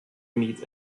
meet